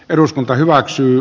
eduskunta hyväksyi